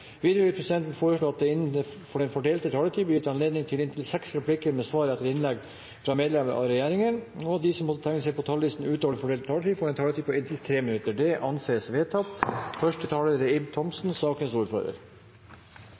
Videre vil presidenten foreslå at det blir gitt anledning til replikkordskifte på inntil seks replikker med svar etter innlegg fra medlemmer av regjeringen innenfor den fordelte taletid, og at de som måtte tegne seg på talerlisten utover den fordelte taletid, får en taletid på inntil 3 minutter. – Det anses vedtatt. Det å behandle mennesker med spilleavhengighet er